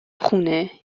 خونه